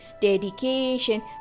dedication